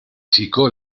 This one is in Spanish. chico